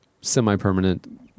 semi-permanent